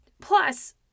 Plus